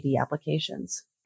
applications